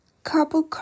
couple